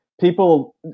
people